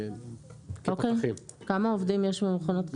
כמה עובדים יש במכון התקנים?